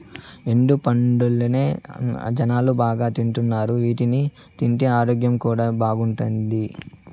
ఎండు పండ్లనే జనాలు బాగా తింటున్నారు వీటిని తింటే ఆరోగ్యం కూడా బాగుంటాది